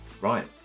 Right